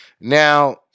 Now